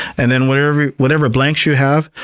and then whatever whatever blanks you have,